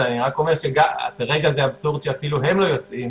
אני רק אומר שכרגע זה אבסורד שאפילו הם לא יוצאים.